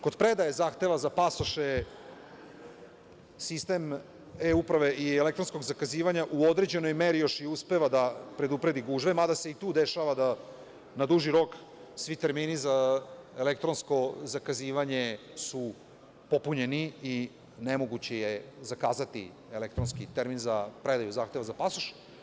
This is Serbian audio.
Kod predaje zahteva za pasoše sistem e-uprave i elektronskog zakazivanja u određenoj meri još i uspeva da predupredi gužve, mada se i tu dešava da na duži rok svi termini za elektronsko zakazivanje su popunjeni i nemoguće je zakazati elektronski termin za predaju zahteva za pasoš.